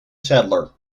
settler